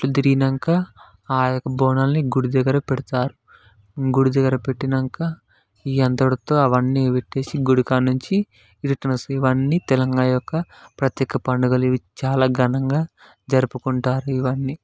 తిరిగినాక ఆ యొక్క బోనాలని గుడి దగ్గర పెడతారు గుడి దగ్గర పెట్టినాక ఈ ఇదంతటితో అవన్నీ పెట్టేసి గుడికాన్నుంచి ఇవన్నీ తెలంగాణ యొక్క ప్రత్యేక పండుగలు చాలా ఇవి ఘనంగా జరుపుకుంటారు ఇవన్నీ